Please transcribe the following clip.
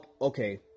okay